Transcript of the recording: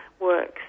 works